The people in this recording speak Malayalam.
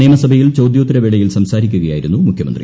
നിയമസഭയിൽ ചോദ്യോത്തര വേളയിൽ സംസാരിക്കുകയായിരുന്നു മുഖ്യമന്ത്രി